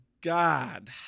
God